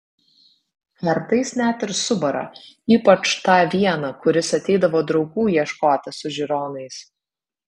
kartais net ir subara ypač tą vieną kuris ateidavo draugų ieškoti su žiūronais